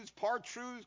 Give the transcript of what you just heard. part-truths